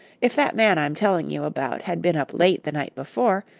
if that man i'm telling you about had been up late the night before,